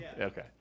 Okay